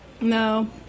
No